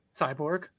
cyborg